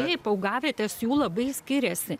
taip augavietės jų labai skiriasi